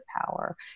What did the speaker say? power